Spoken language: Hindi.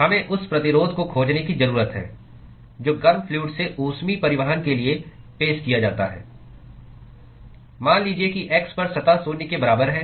हमें उस प्रतिरोध को खोजने की जरूरत है जो गर्म फ्लूअड से ऊष्मीय परिवहन के लिए पेश किया जाता है मान लीजिए कि x पर सतह शून्य के बराबर है